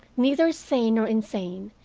neither sane nor insane,